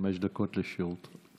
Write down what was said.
חמש דקות לרשותך.